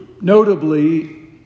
notably